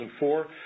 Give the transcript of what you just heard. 2004